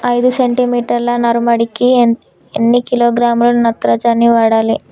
ఐదు సెంటి మీటర్ల నారుమడికి ఎన్ని కిలోగ్రాముల నత్రజని వాడాలి?